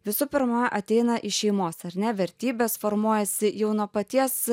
visų pirma ateina iš šeimos ar ne vertybės formuojasi jau nuo paties